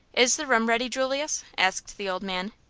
is the room ready, julius? asked the old man.